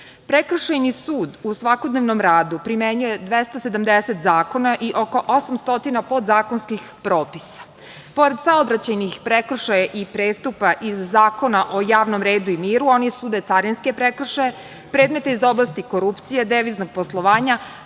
Prekršajni sud u svakodnevnom radu primenjuju 270 zakona i oko 800 podzakonskih propisa. Pored saobraćajnih prekršaja i prestupa iz Zakona o javnom redu i miru, oni sude carinski prekršaje, predmete iz oblasti korupcije, deviznog poslovanja,